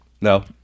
No